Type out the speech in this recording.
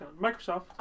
Microsoft